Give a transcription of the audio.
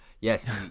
yes